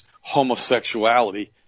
homosexuality